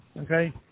okay